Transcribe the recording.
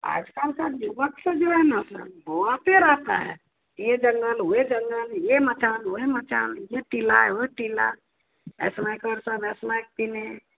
आजकल का युबक सब जो है ना सर बऔआते रहता है यह जंगल वह जंगल यह मकान वह मकान यह टिला वह टिला स्मैकर सब स्मैक पीने